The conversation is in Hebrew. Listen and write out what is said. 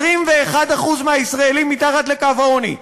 21% מהישראלים מתחת לקו העוני.